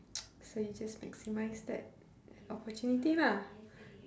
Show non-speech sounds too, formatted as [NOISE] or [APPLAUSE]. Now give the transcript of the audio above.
[NOISE] so you just maximise that opportunity lah